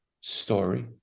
story